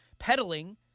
peddling